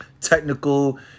Technical